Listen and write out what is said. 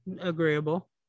Agreeable